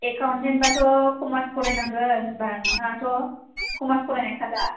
एकाउन्टेन्टआथ' commerce फरायनाय नांगोन होनबा नोंहाथ' कमार्स फरायनायखा दा